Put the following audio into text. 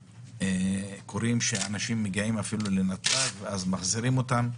קורה שאנשים מגיעים אפילו לנתב"ג ואז מחזירים אותם,